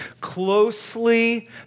closely